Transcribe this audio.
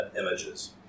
images